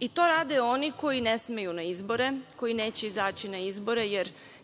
i to rade oni koje ne smeju na izbore, koje neće izaći na izbore